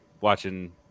watching